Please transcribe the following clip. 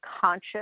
conscious